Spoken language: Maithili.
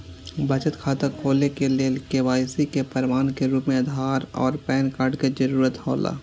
बचत खाता खोले के लेल के.वाइ.सी के प्रमाण के रूप में आधार और पैन कार्ड के जरूरत हौला